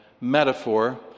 metaphor